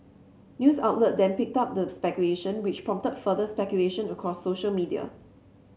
news outlet then picked up the speculation which prompted further speculation across social media